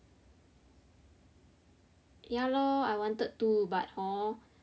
ya lor I wanted to but hor